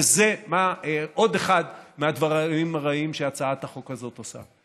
וזה עוד אחד מהדברים הרעים שהצעת החוק הזאת עושה.